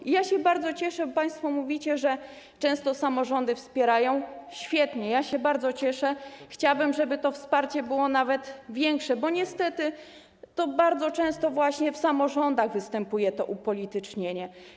I ja się bardzo cieszę - bo państwo mówią, że często samorządy wspierają - świetnie, ja się bardzo cieszę, chciałabym, żeby to wsparcie było nawet większe, bo niestety to bardzo często właśnie w samorządach występuje to upolitycznienie.